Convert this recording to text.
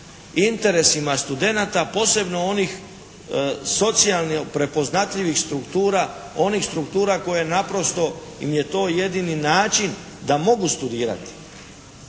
interesima studenata posebno onih socijalno prepoznatljivih struktura. Onih struktura koje naprosto im je to jedini način da mogu studirati.